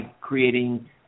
creating